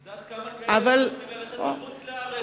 את יודעת כמה כאלה יש שרוצים ללכת לחוץ-לארץ?